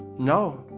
no,